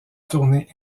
tournée